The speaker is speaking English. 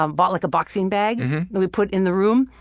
um but like a boxing bag that we put in the room,